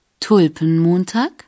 Tulpenmontag